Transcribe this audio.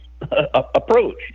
approach